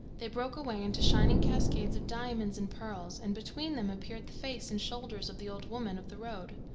they broke away into shining cascades of diamonds and pearls, and between them appeared the face and shoulders of the old woman of the road.